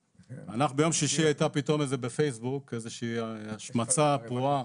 ביום שישי הייתה פתאום בפייסבוק איזה שהיא השמצה פרועה.